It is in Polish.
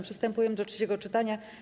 Przystępujemy do trzeciego czytania.